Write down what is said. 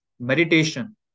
Meditation